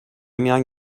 میان